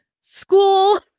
school